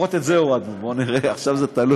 לפחות את זה הורדנו, בואו נראה, עכשיו זה תלוי